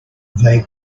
they